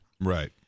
right